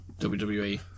WWE